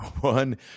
One